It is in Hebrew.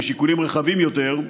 משיקולים רחבים יותר,